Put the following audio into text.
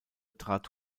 trat